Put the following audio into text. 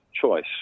choice